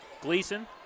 Gleason